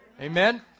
Amen